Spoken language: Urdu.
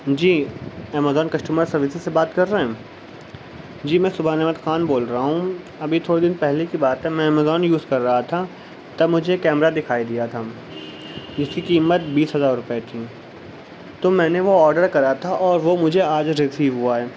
جی امازون کسٹمر سروسس سے بات کر رہے ہیں جی میں سبحان احمد خان بول رہا ہوں ابھی تھوڑے دن پہلے کی بات ہے میں امازون یوز کر رہا تھا تب مجھے ایک کیمرہ دکھائی دیا تھا جس کی قیمت بیس ہزار روپئے تھی تو میں نے وہ آڈر کرا تھا اور وہ مجھے آج رسیو ہوا ہے